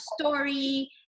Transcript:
story